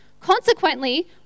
Consequently